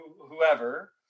whoever